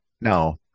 no